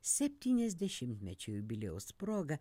septyniasdešimtmečio jubiliejaus proga